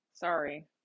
Sorry